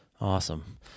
Awesome